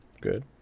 Good